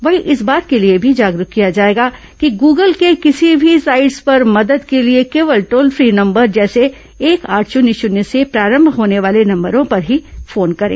वहीं इस बात के लिए भी जागरूक किया जाएगा कि ग्गल के किसी भी साइटस पर मदद के लिए केवल टोल फ्री नंबर जैसे एक आठ शून्य शून्य से प्रारंभ होने वाले नंबरों पर ही फोन करें